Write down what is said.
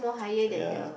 ya